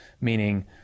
meaning